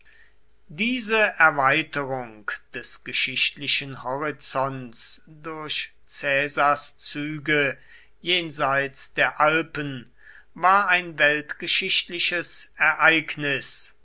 diese erweiterung des geschichtlichen horizonts durch caesars züge jenseits der alpen war ein weltgeschichtliches ereignis